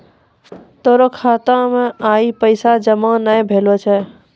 तोरो खाता मे आइ पैसा जमा नै भेलो छौं